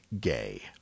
gay